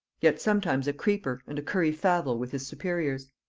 yet sometimes a creeper and a curry favell with his superiors.